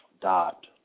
dot